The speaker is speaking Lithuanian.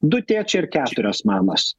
du tėčiai ir keturios mamos